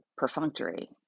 Perfunctory